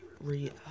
re